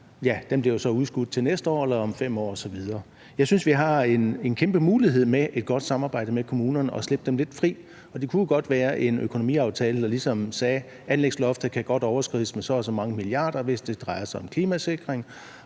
bliver udskudt til næste år eller til om 5 år osv. Jeg synes, vi har en kæmpe mulighed med et godt samarbejde med kommunerne og med at slippe dem lidt fri. Det kunne jo godt være en økonomiaftale, der ligesom sagde, at anlægsloftet godt kan overskrides med så og så mange milliarder, hvis det drejer sig om klimasikring;